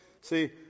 See